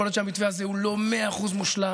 יכול להיות שהמתווה הזה הוא לא מאה אחוז מושלם.